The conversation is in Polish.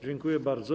Dziękuję bardzo.